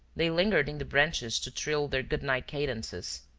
they lingered in the branches to trill their good-night cadences.